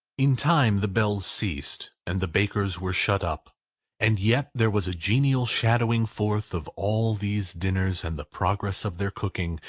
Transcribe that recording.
in time the bells ceased, and the bakers were shut up and yet there was a genial shadowing forth of all these dinners and the progress of their cooking,